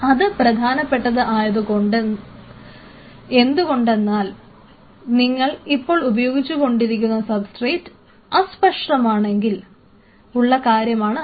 അത് പ്രധാനപ്പെട്ടത് ആയത് എന്തുകൊണ്ടെന്നാൽ നിങ്ങൾ ഇപ്പോൾ ഉപയോഗിച്ചുകൊണ്ടിരിക്കുന്ന സബ്സ്ട്രേറ്റ് അസ്പഷ്ടമാണെങ്കിൽ ഉള്ള കാര്യമാണ് അത്